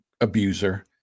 abuser